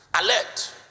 alert